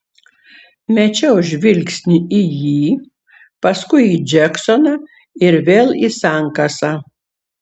mečiau žvilgsnį į jį paskui į džeksoną ir vėl į sankasą